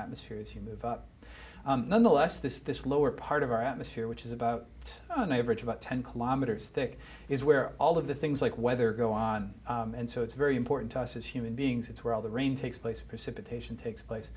atmosphere as you move up nonetheless this lower part of our atmosphere which is about it's about ten kilometers thick is where all of the things like weather go on and so it's very important to us as human beings it's where all the rain takes place precipitation takes place